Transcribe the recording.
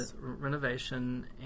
renovation